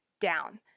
down